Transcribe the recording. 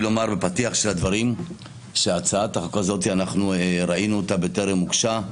בפתיח שהצעת החוק הזאת, ראינו אותה בטרם הוגשה.